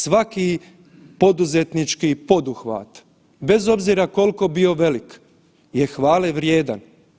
Svaki poduzetnički poduhvat, bez obzira koliko bio velik je hvale vrijedan.